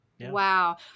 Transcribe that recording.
Wow